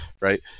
right